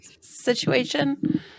situation